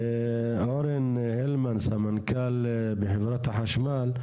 אורן הלמן, סמנכ"ל בחברת החשמל.